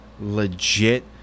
legit